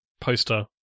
poster